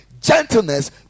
gentleness